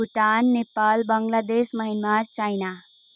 Bhutan Nepal Bangladesh Myanmar China